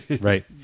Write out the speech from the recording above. right